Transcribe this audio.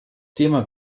thema